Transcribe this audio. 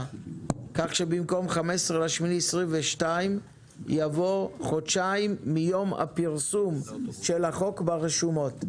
כך שבמקום 15.8.22 יבוא חודשיים מיום הפרסום של החוק ברשומות.